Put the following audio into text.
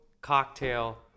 cocktail